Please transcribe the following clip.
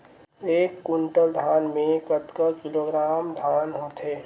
एक कुंटल धान में कतका किलोग्राम धान होथे?